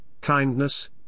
kindness